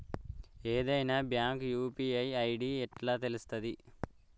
ఏదైనా bank UPI ID ఎట్లా తెలుత్తది?